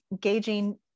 gauging